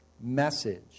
message